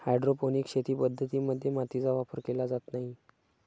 hydroponic शेती पद्धतीं मध्ये मातीचा वापर केला जात नाही